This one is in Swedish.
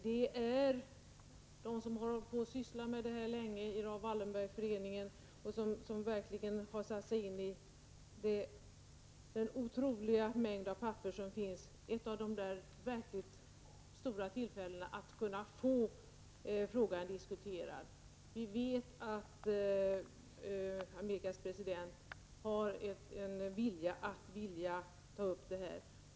Det är, säger de som har sysslat med den här frågan länge i Raoul Wallenberg-föreningen och som verkligen har satt sig in i den otroliga mängd papper som finns, ett av de verkligt stora tillfällena att kunna få frågan diskuterad. Vi vet att Amerikas president har en vilja att ta upp det här ämnet.